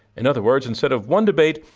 in other words, instead of one debate,